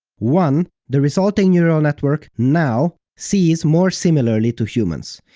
one, the resulting neural network now see more similarly to humans.